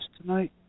tonight